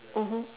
mmhmm